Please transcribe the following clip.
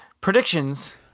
predictions